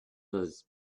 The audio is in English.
those